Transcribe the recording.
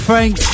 Frank